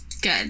Good